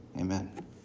Amen